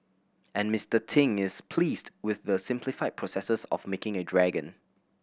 and Mister Ting is pleased with the simplified processes of making a dragon